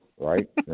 Right